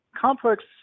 complex